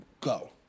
go